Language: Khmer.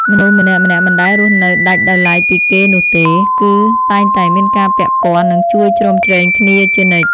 មនុស្សម្នាក់ៗមិនដែលរស់នៅដាច់ដោយឡែកពីគេនោះទេ គឺតែងតែមានការពាក់ព័ន្ធ និងជួយជ្រោមជ្រែងគ្នាជានិច្ច។